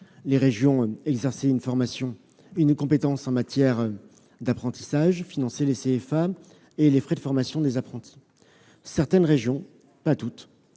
les régions exerçaient la compétence en matière d'apprentissage, finançaient les CFA et les frais de formation des apprentis. Certaines régions finançaient